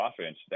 offense